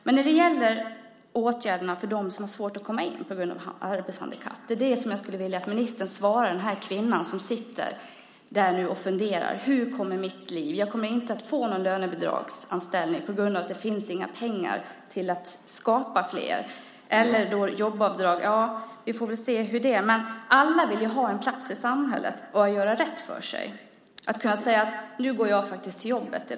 Men när det gäller åtgärder för dem som på grund av arbetshandikapp har svårt att komma in skulle jag vilja att ministern gav ett svar till den kvinna som nu sitter och funderar på hur hennes liv ska bli och som tänker: Jag kommer inte att få någon lönebidragsanställning på grund av att det inte finns pengar till att skapa fler. Sedan har vi jobbavdraget. Ja, vi får väl se hur det blir med det. Men alla vill ha en plats i samhället och göra rätt för sig. Man vill kunna säga: I dag går jag till jobbet.